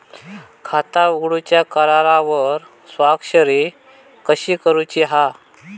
खाता उघडूच्या करारावर स्वाक्षरी कशी करूची हा?